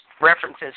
references